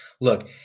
look